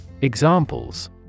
Examples